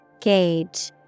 Gauge